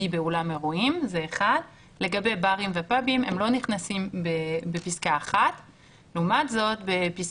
את מה שנוגע עוד למרץ אפריל,